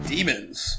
Demons